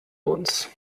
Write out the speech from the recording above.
uns